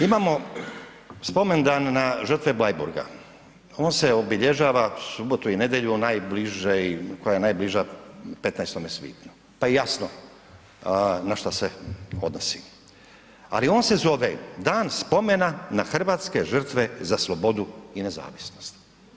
Imamo spomendan na žrtve Bleiburga, on se obilježava subotu i nedjelju koja je najbliža 15. svibnju, pa je jasno na šta se odnosi ali on se zove Dan spomena na hrvatske žrtve za slobodu i nezavisnost.